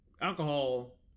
alcohol